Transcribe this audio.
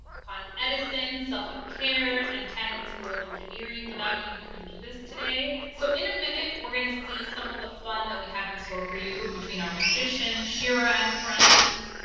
con edison, suffolk cares and tandon school of engineering. without you we couldn't do this today. so in a minute, we're gonna see some of the fun that we have in store for you, between our magician, shira and friends.